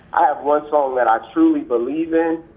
i have one song that i truly believe in,